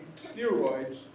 steroids